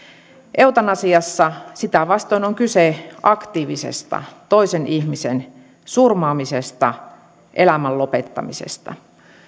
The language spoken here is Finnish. eutanasiassa sitä vastoin on kyse aktiivisesta toisen ihmisen surmaamisesta elämän lopettamisesta